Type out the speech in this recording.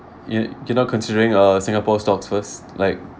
you you're not considering uh singapore stocks first like